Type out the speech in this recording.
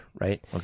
right